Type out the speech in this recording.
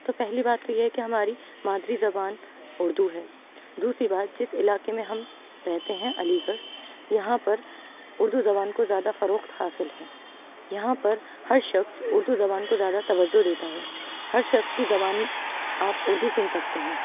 تو پہلی بات تو یہ ہے کہ ہماری مادری زبان اردو ہے دوسری بات جس علاقے میں ہم رہتے ہیں علی گڑھ یہاں پر اردو زبان کو زیادہ فروخت حاصل ہے یہاں پر ہر شخص اردو زبان کو زیادہ توجہ دیتا ہے ہر شخص کی زبانی آپ اردو سن سکتے ہیں